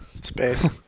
Space